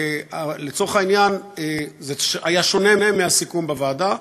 זה היה שונה מהסיכום בוועדה.